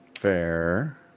Fair